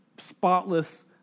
spotless